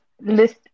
list